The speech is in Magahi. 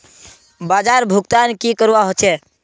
बाजार भुगतान की करवा होचे?